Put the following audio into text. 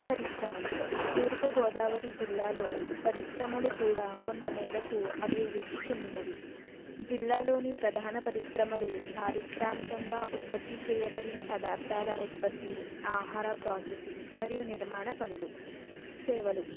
పరిశ్రమలు తూర్పు గోదావరి జిల్లాలో పరిశ్రమలు కూడా కొంత మేరకు అభ్భివృధి చెందినవి జిల్లాలోని ప్రధాన పరిశ్రమలు పారిశ్రమికంగా ఉత్పతి చెయ్యబడిన పదార్ధాల ఉత్పతి ఆహార ప్రాసెసింగ్ మరియు నిర్మాణ పనులు సేవలు